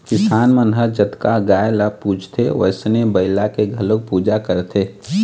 किसान मन ह जतका गाय ल पूजथे वइसने बइला के घलोक पूजा करथे